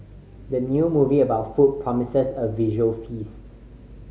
the new movie about food promises a visual feast